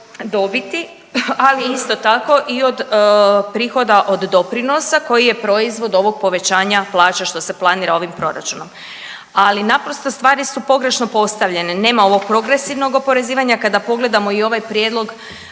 dobiti, ali isto tako i od prihoda od doprinosa koji je proizvod ovog povećanja plaća, što se planira ovim proračunom. Ali naprosto, stvari su pogrešno postavljene. Nema ovog progresivnog oporezivanja, kada pogledamo i ovaj prijedlog